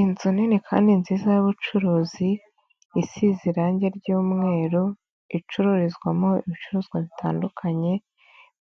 Inzu nini kandi nziza y'ubucuruzi isize irange ry'umweru, icururizwamo ibicuruzwa bitandukanye